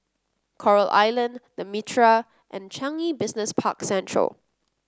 Coral Island The Mitraa and Changi Business Park Central